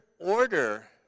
order